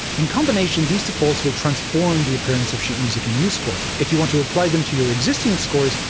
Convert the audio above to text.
in combination, these defaults will transform the appearance of sheet music in musescore. if you want to apply them to your existing scores,